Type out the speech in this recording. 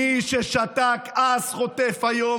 מי ששתק אז חוטף היום.